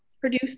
produce